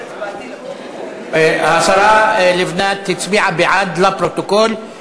השרה לבנת הצביעה בעד, לפרוטוקול.